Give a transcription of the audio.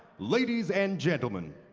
ladies and gentlemen,